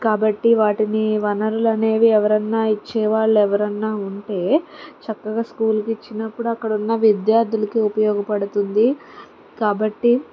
కాబట్టి వాటిని వనరులు అనేవి ఎవరన్నా ఇచ్చేవాళ్ళు ఎవరన్నా ఉంటే చక్కగా స్కూల్కి ఇచ్చినప్పుడు అక్కడ ఉన్న విద్యార్థులకు ఉపయోగపడుతుంది కాబట్టి